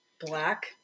Black